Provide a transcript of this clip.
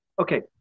Okay